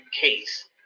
case